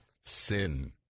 sin